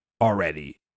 already